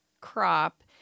crop